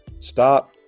Stop